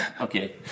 Okay